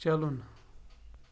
چلُن